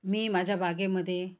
मी माझ्या बागेमध्ये